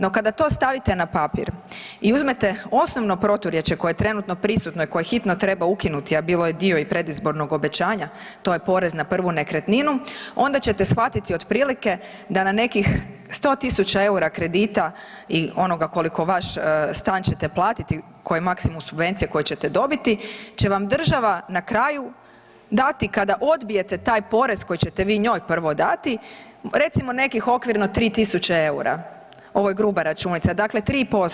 No kada to stavite na papir i uzmete osnovno proturječje koje je trenutno prisutno i koje hitno treba ukinuti, a bilo je i dio predizbornog obećanja, to je porez na prvu nekretninu, onda ćete shvatiti otprilike da na nekih 100.000 EUR-a kredita i onoga koliko vaš stan ćete platiti, koje maksimum subvencije koje ćete dobiti će vam država na kraju dati kada odbijete taj porez koji ćete vi njoj prvo dati, recimo nekih okvirno 3.000 EUR-a, ovo je gruba računica, dakle 3%